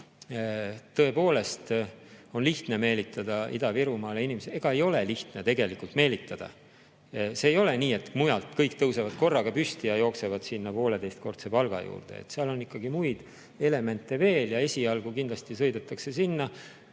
tõepoolest on lihtne meelitada Ida-Virumaale inimesi – ega ei ole lihtne tegelikult meelitada. See ei ole nii, et mujal kõik tõusevad korraga püsti ja jooksevad sinna pooleteistkordse palga juurde. Seal on ikkagi muid elemente veel ja esialgu kindlasti sõidetakse sinna,